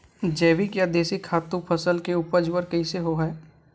जैविक या देशी खातु फसल के उपज बर कइसे होहय?